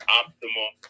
optimal